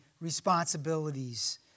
responsibilities